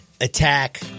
attack